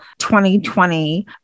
2020